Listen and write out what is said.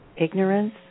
ignorance